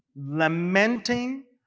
lamenting,